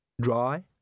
dry